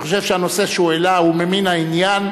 אני חושב שהנושא שהוא העלה הוא ממין העניין,